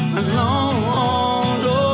alone